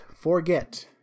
forget